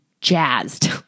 jazzed